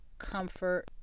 comfort